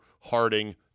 Harding